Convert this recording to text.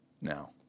Now